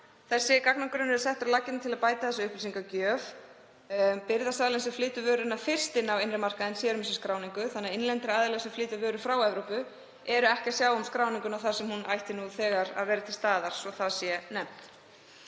Þessir gagnagrunnar eru settir á laggirnar til að bæta upplýsingagjöf. Birgðasalinn sem flytur vöruna fyrst inn á innri markaðinn sér um þessa skráningu þannig að innlendir aðilar sem flytja vöru frá Evrópu sjá ekki um skráningu þar sem hún ætti nú þegar að vera til staðar, svo það sé nefnt.